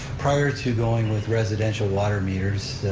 prior to going with residential water meters,